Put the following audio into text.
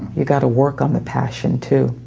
you got to work on the passion, too.